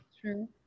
true